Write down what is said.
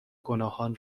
گناهان